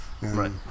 Right